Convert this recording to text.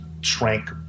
shrank